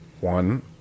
One